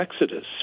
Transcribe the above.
exodus